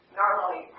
normally